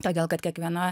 todėl kad kiekviena